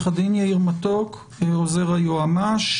יחד חבוקים בעת השמעת ההמנון הלאומי,